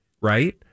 right